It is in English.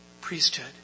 priesthood